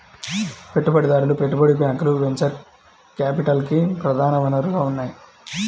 పెట్టుబడిదారులు, పెట్టుబడి బ్యాంకులు వెంచర్ క్యాపిటల్కి ప్రధాన వనరుగా ఉన్నాయి